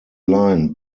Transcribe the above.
line